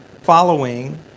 following